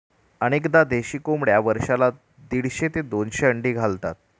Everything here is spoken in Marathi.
अनेकदा देशी कोंबड्या वर्षाला दीडशे ते दोनशे अंडी घालतात